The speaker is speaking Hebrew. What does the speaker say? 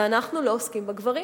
ואנחנו לא עוסקים בגברים.